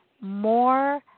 more